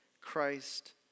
Christ